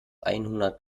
einhundert